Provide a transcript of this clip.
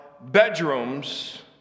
bedrooms